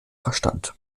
verstand